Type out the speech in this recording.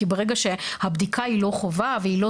כי ברגע שהבדיקה היא לא חובה והיא לא